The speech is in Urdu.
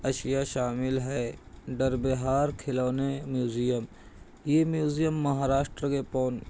اشیاء شامل ہے در بہار کھلونے میوزیم یہ میوزیم مہاراشٹر کے پو